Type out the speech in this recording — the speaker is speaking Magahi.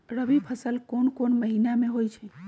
रबी फसल कोंन कोंन महिना में होइ छइ?